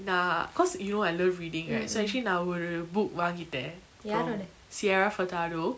நா:na cause you know I love reading right so actually நா ஒரு:na oru book வாங்கிட்ட:vangitta you know siyafatado